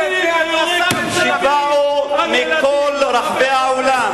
שייצגו את כל התרבויות